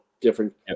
different